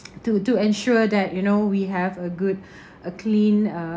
to to ensure that you know we have a good a clean uh